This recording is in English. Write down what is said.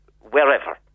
wherever